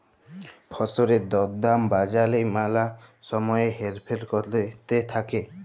ফসলের দর দাম বাজারে ম্যালা সময় হেরফের ক্যরতে থাক্যে